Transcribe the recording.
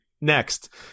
Next